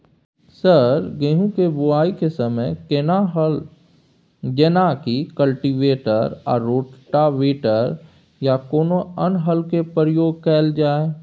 Sir गेहूं के बुआई के समय केना हल जेनाकी कल्टिवेटर आ रोटावेटर या कोनो अन्य हल के प्रयोग कैल जाए?